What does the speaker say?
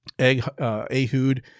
Ehud